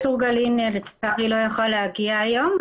צור גלין, לצערי, לא יכול להגיע מאוד.